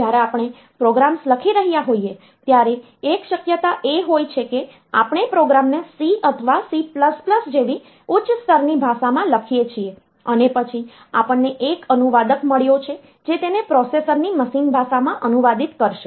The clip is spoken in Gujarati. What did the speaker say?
જ્યારે આપણે પ્રોગ્રામ્સ લખી રહ્યા હોઈએ ત્યારે એક શક્યતા એ હોય છે કે આપણે પ્રોગ્રામને C અથવા C જેવી ઉચ્ચ સ્તરની ભાષામાં લખીએ છીએ અને પછી આપણને એક અનુવાદક મળ્યો છે જે તેને પ્રોસેસરની મશીન ભાષામાં અનુવાદિત કરશે